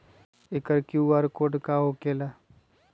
एकर QR code का होकेला?